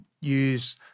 use